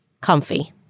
comfy